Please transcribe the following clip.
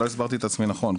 לא הסברתי את עצמי נכון.